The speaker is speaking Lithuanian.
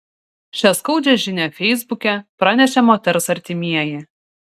šią skaudžią žinią feisbuke pranešė moters artimieji